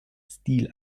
stil